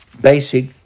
basic